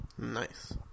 Nice